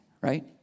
right